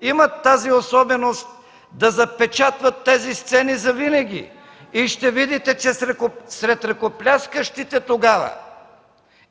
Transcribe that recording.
имат тази особеност да запечатват тези сцени завинаги, и ще видите, че сред ръкопляскащите тогава,